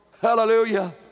Hallelujah